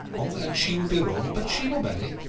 wrong, and she will be wrong but she will marry.